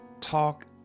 talk